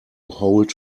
hold